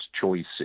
choices